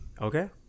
okay